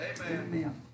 Amen